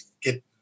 get